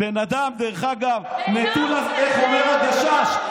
בן אדם, איך אומר הגשש?